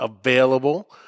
available